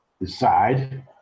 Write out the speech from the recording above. decide